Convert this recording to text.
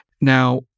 Now